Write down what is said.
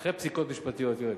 אחרי פסיקות משפטיות, יואל.